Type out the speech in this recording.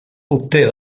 obté